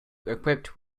equipped